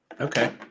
Okay